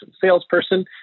salesperson